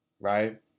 right